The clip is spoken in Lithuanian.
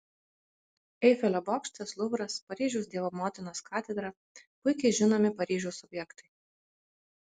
eifelio bokštas luvras paryžiaus dievo motinos katedra puikiai žinomi paryžiaus objektai